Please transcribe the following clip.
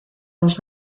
los